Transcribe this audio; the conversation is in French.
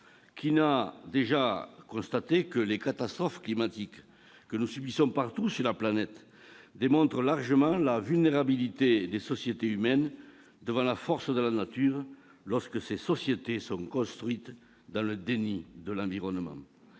Qui n'a pas encore constaté que les catastrophes climatiques que nous subissons partout sur la planète démontrent largement la vulnérabilité des sociétés humaines devant la force de la nature lorsqu'elles sont construites dans le déni de l'environnement